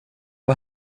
var